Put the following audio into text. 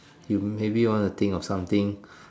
you maybe want to think of something